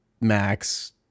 Max